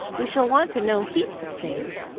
we shall want to know heaps of things,